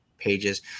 pages